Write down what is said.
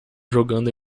jogando